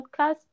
podcast